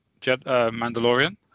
mandalorian